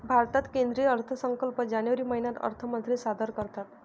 भारतात केंद्रीय अर्थसंकल्प जानेवारी महिन्यात अर्थमंत्री सादर करतात